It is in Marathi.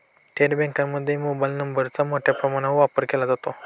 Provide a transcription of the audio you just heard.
थेट बँकांमध्ये मोबाईल फोनचा मोठ्या प्रमाणावर वापर केला जातो